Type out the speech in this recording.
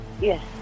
Yes